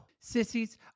Sissies